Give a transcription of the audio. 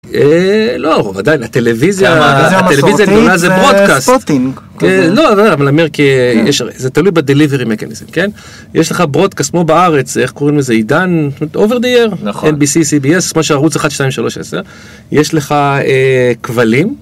לא, בוודאי, הטלוויזיה, הטלוויזיה הגדולה זה ברודקאסט. ספוטינג. לא, לא, אבל אומר כי זה תלוי ב-Delivery mechanism, כן? יש לך ברודקאסט, כמו בארץ, איך קוראים לזה, עידן? Over the air? נכון. NBC, CBS, כמו שערוץ 1, 2, 3, 10. יש לך כבלים.